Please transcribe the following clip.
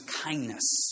kindness